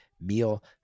meal